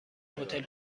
هتل